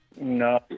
No